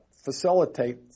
facilitate